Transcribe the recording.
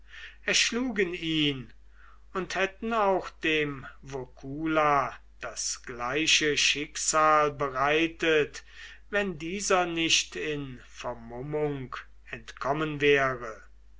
erschlugen ihn und hätten auch dem vocula das gleiche schicksal bereitet wenn dieser nicht in vermummung entkommen wäre